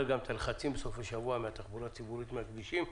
גם את הלחצים בסופי שבוע של התחבורה הציבורית מהכבישים.